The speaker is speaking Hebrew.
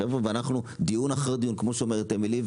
חבר'ה אנחנו דיון אחרי דיון כמו שאומרת אמילי,